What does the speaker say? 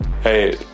hey